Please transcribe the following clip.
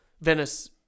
Venice